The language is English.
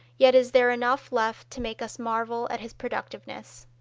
yet is there enough left to make us marvel at his productiveness.